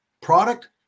Product